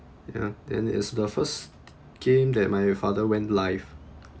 ya then it's the first game that my father went live